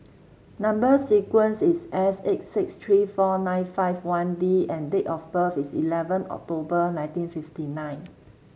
number sequence is S eight six three four nine five one D and date of birth is eleven October nineteen fifty nine